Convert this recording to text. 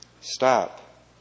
Stop